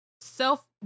self